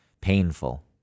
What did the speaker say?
painful